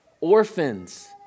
Orphans